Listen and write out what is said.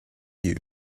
you